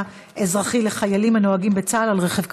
אזרחי לחיילים הנוהגים בצה"ל על רכב כבד.